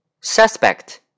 suspect